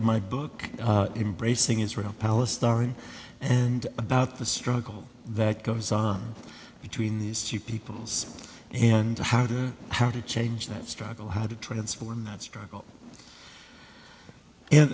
my book embracing israel palestine and about the struggle that goes on between these two peoples and how to how to change that struggle how to transform that struggle